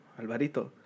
Alvarito